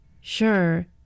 Sure